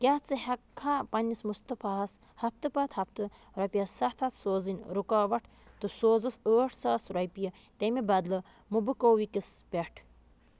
کیٛاہ ژٕ ہٮ۪کھا پنٛنِس مُصطفیٰ ہَس ہفتہٕ پتہٕ ہفتہٕ رۄپیَس ستھ ہتھ سوزٕنۍ رُکاوٹھ تہٕ سوزُس ٲٹھ ساس رۄپیہِ تمہِ بدلہٕ مُبُکووٕکِس پٮ۪ٹھ